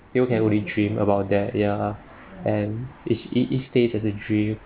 you can only dream about that ya and this is each day as a dream